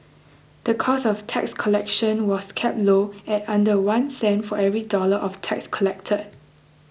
the cost of tax collection was kept low at under one cent for every dollar of tax collected